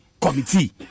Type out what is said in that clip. committee